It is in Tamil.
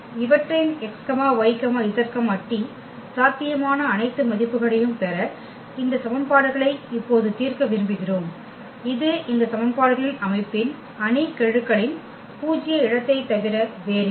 இவற்றின் x y z t சாத்தியமான அனைத்து மதிப்புகளையும் பெற இந்த சமன்பாடுகளை இப்போது தீர்க்க விரும்புகிறோம் இது இந்த சமன்பாடுகளின் அமைப்பின் அணி கெழுக்களின் பூஜ்ய இடத்தைத் தவிர வேறில்லை